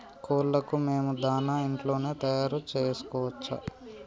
కోళ్లకు మేము దాణా ఇంట్లోనే తయారు చేసుకోవచ్చా?